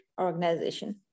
organization